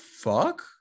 fuck